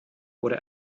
oder